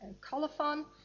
colophon